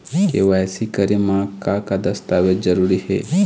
KYC करे म का का दस्तावेज जरूरी हे?